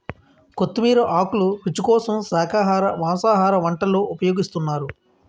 కొత్తిమీర ఆకులు రుచి కోసం శాఖాహార మాంసాహార వంటల్లో ఉపయోగిస్తున్నారు